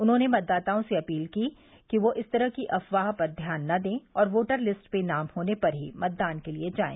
उन्होंने मतदाताओं से अपील की है कि वह इस तरह की अफ़वाह पर ध्यान न दें और योटर लिस्ट में नाम होने पर ही मतदान के लिये जायें